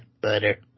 Butter